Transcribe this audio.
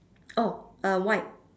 oh uh white